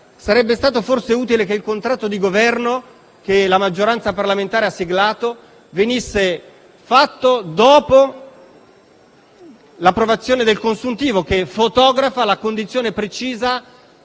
Sarebbe stato forse utile che il contratto di Governo, che la maggioranza parlamentare ha siglato, fosse stato fatto dopo l'approvazione del consuntivo, che fotografa la condizione precisa